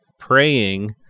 praying